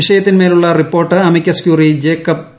വിഷയത്തിന്മേലുള്ള report amicus curiae Jacob P